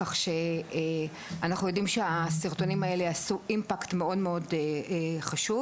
אנחנו יודעים שלסרטונים האלו יש השפעה חזקה.